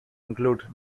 include